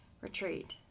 retreat